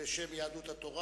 בשם יהדות התורה.